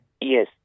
Yes